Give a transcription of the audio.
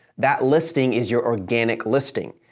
that listing is your organic listing,